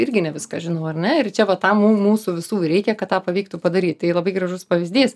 irgi ne viską žinau ar ne ir čia vat tam mū mūsų visų ir reikia kad tą pavyktų padaryt tai labai gražus pavyzdys